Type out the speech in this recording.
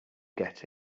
get